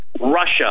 Russia